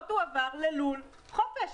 לא תועבר ללול חופש.